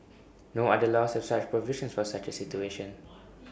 no other laws have such provisions for such A situation